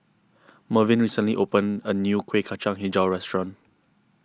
Mervyn recently opened a new Kueh Kacang HiJau restaurant